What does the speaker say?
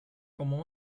como